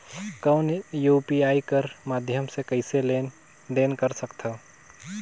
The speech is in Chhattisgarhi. कौन यू.पी.आई कर माध्यम से कइसे लेन देन कर सकथव?